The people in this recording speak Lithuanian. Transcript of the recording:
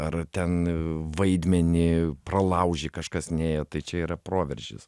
ar ten vaidmenį pralauži kažkas neėjo tai čia yra proveržis